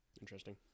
Interesting